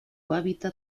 hábitat